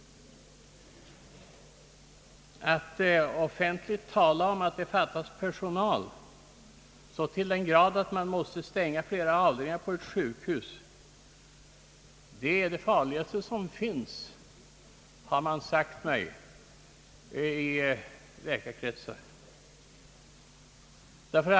Att offentligt tala om att det fattas personal så till den grad att man måste stänga flera avdelningar på ett sjukhus, det är det farligaste som finns, har man sagt mig i läkarkretsar.